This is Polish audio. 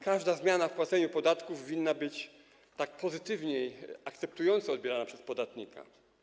Każda zmiana w płaceniu podatków winna być pozytywnie, akceptująco odbierana przez podatnika.